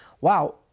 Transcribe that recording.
wow